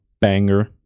banger